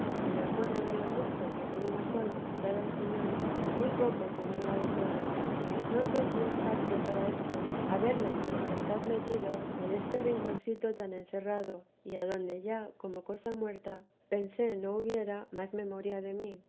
y otros me dicen hartas cosas como entiendo que por este medio ha querido el señor remediar muchas almas porque lo he visto claro y me acuerdo de lo mucho que por una sola pasara el señor muy poco se me da todo vida de la santa ir adre no sé si es parte para esto haberme su majestad metido en este rinconcito tan encerrado y adonde ya como cosa muerta pensé no hubiera más memoria de mí